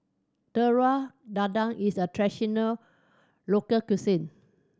Telur Dadah is a traditional local cuisine